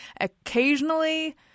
Occasionally